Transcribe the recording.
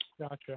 Gotcha